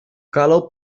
kalau